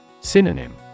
Synonym